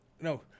No